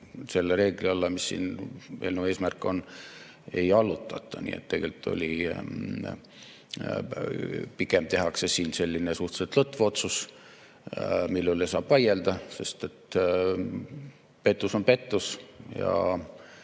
selle reegli alla, mis siin eelnõu eesmärk on, ei allutata. Nii et tegelikult pigem tehakse siin selline suhteliselt lõtv otsus, mille üle saab vaielda, sest pettus on pettus –